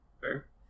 Fair